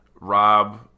Rob